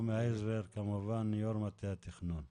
יו"ר מטה התכנון.